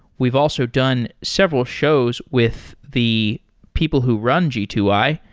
we've also done several shows with the people who run g two i,